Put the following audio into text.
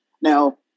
Now